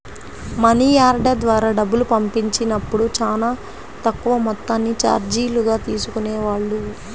money order ద్వారా డబ్బులు పంపించినప్పుడు చానా తక్కువ మొత్తాన్ని చార్జీలుగా తీసుకునేవాళ్ళు